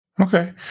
Okay